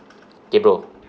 kay bro